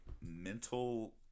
mental